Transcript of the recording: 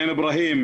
עין אברהים,